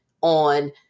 on